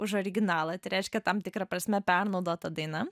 už originalą tai reiškia tam tikra prasme pernaudota daina